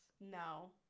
No